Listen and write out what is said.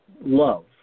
love